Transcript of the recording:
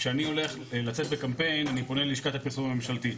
כשאני הולך לצאת בקמפיין אני פונה ללשכת הפרסום הממשלתית.